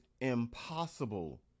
impossible